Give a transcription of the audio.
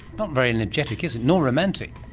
but very energetic, is it, nor romantic.